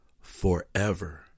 forever